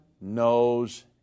knows